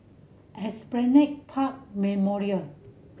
Esplanade Park Memorial